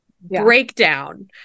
breakdown